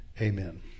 Amen